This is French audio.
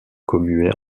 commuée